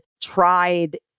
tried